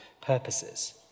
purposes